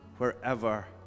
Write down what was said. wherever